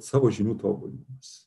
savo žinių tobulinimas